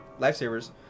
lifesavers